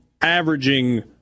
averaging